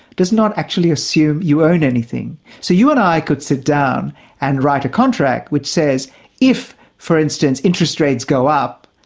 does not actually assume you own anything. so you and i could sit down and write a contract which says if for instance, interest rates go up,